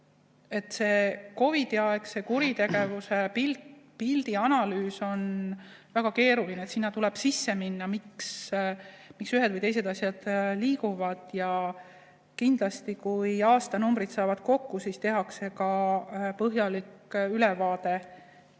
See COVID‑i‑aegse kuritegevuse pildi analüüs on väga keeruline, sinna tuleb sisse minna, [et mõista], miks ühed või teised asjad liiguvad. Ja kindlasti, kui aasta numbrid saavad kokku, siis tehakse ka põhjalik ülevaade